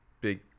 big